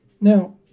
Now